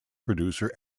producer